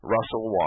Russell